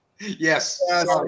Yes